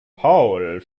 paul